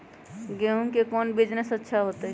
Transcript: गेंहू के कौन बिजनेस अच्छा होतई?